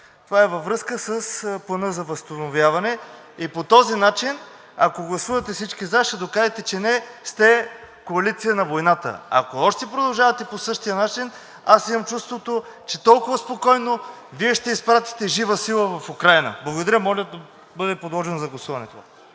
Това е във връзка с Плана за възстановяване. По този начин, ако гласувате всички за, ще докажете, че не сте коалиция на войната. Ако още продължавате по същия начин, аз имам чувството, че толкова спокойно Вие ще изпратите жива сила в Украйна. Благодаря. Моля това да бъде подложено на гласуване.